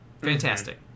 fantastic